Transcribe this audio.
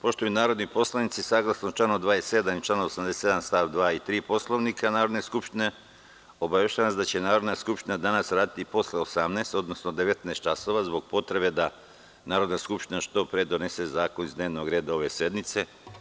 Poštovani narodni poslanici saglasno članu 27. i članu 87. stav 2. i 3. Poslovnika Narodne skupštine, obaveštavam vas da će Narodna skupština danas raditi i posle 18.00, odnosno 19.00 časova zbog potrebe da Narodna skupština što pre donese zakone iz dnevnog reda ove sednice.